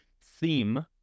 theme